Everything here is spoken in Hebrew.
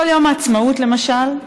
כל יום עצמאות, למשל,